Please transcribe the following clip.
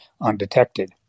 undetected